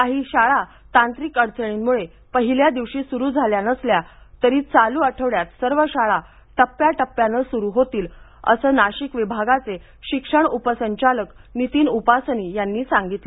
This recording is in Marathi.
काही शाळा तांत्रिक अडचणींमुळे पहिल्या दिवशी सुरू झाल्या नसल्या तरी चालू आठवड्यात सर्व शाळा टप्प्याटप्प्यानं सुरू होतील असं नाशिक विभागाचे शिक्षण उपसंचालक नितीन उपासनी यांनी सांगितलं